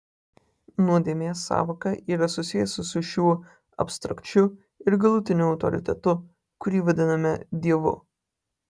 nuodėmės sąvoka yra susijusi su šiuo abstrakčiu ir galutiniu autoritetu kurį vadiname dievu